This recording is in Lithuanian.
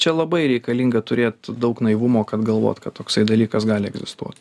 čia labai reikalinga turėt daug naivumo kad galvot kad toksai dalykas gali egzistuot